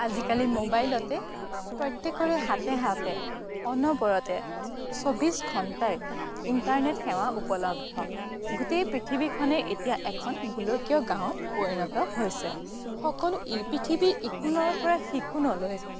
আজিকালি মোবাইলতে প্ৰত্যেকৰে হাতে হাতে অনবৰতে চৌবিছ ঘণ্টাই ইণ্টাৰনেট সেৱা উপলব্ধ গোটেই পৃথিৱীখনেই এতিয়া এখন গোলকীয় গাঁৱত পৰিণত হৈছে সকলো পৃথিৱীৰ ইকোণৰ পৰা সিকোণলৈ